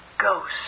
Ghost